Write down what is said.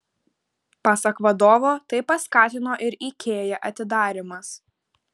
pasak vadovo tai paskatino ir ikea atidarymas